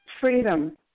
freedom